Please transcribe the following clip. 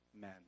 men